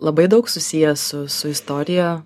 labai daug susiję su su istorija